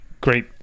great